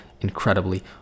incredibly